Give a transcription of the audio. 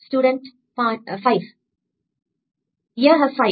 student 5 यह है 5